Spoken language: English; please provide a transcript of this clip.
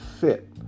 fit